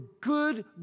good